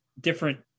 different